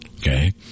okay